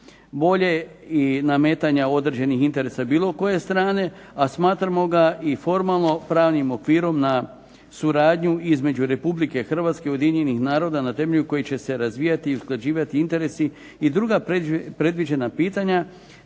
volje i nametanja određenih interesa bilo koje strane, a smatramo ga i formalno pravnim okvirom na suradnju između Republike Hrvatske i Ujedinjenih naroda na temelju kojih će se razvijati i usklađivati interesi i druga predviđena pitanja,